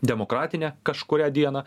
demokratine kažkurią dieną